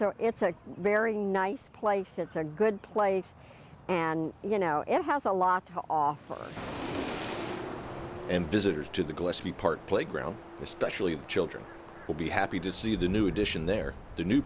so it's a very nice place it's a good place and you know it has a lot to offer and visitors to the glass to be part playground especially children will be happy to see the new addition there the new